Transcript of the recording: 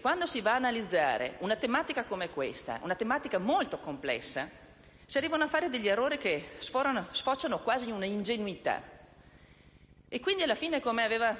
Quando si va ad analizzare una tematica come questa, che è molto complessa, si arrivano a fare degli errori che sfociano quasi in una ingenuità. E, quindi, alla fine - come ha